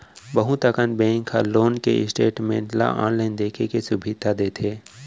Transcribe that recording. बहुत अकन बेंक ह लोन के स्टेटमेंट ल आनलाइन देखे के सुभीता देथे